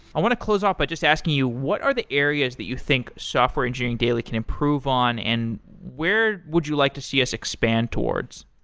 i want to close off by just asking you what are the areas that you think software engineering daily can improve and where would you like to see us expand towards?